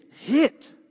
hit